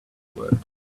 word